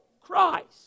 Christ